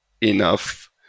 enough